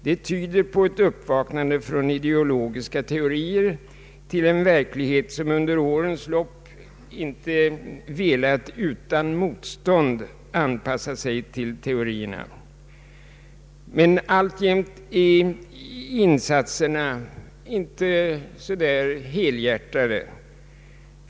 Det tyder på ett uppvaknande från ideologiska teorier till en verklighet som under årens lopp inte velat utan motstånd anpassa sig till teorierna. Men alltjämt är insatserna halvhjärtade.